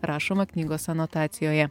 rašoma knygos anotacijoje